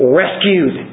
rescued